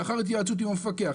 לאחר התייעצות עם המפקח,